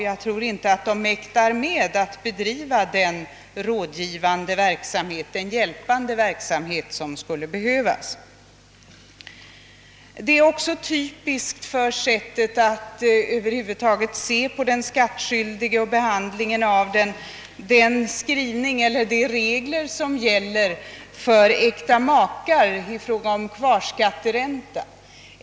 Jag tror inte att de mäktar att bedriva den rådgivande och hjälpande verksamhet som skulle behövas. Typiskt för sättet att se på den skattskyldige och för behandlingen av honom är de regler som gäller för äkta makar i fråga om kvarskatteränta.